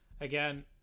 Again